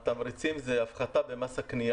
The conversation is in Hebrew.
התמריצים זה הפחתה במס הקניה